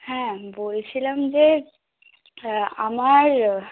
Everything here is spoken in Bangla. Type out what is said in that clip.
হ্যাঁ বলছিলাম যে হ্যাঁ আমার